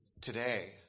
today